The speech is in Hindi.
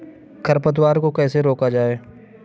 खरपतवार को कैसे रोका जाए?